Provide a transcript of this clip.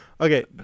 Okay